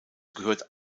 gehört